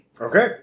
Okay